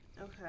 okay